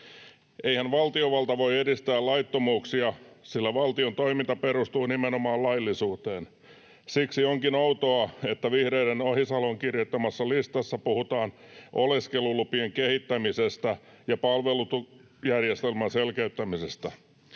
Eihän valtiovalta voi edistää laittomuuksia, sillä valtion toiminta perustuu nimenomaan laillisuuteen. Siksi onkin outoa, että vihreiden Ohisalon kirjoittamassa listassa puhutaan oleskelulupien kehittämisestä ja palvelujärjestelmän selkeyttämisestä.